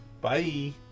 Bye